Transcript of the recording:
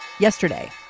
yesterday,